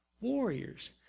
warriors